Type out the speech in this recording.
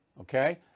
okay